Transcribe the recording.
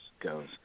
goes